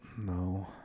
No